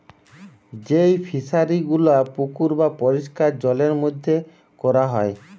যেই ফিশারি গুলা পুকুর বা পরিষ্কার জলের মধ্যে কোরা হয়